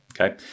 Okay